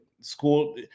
school